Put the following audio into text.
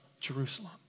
Jerusalem